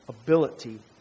ability